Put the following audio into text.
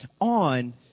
on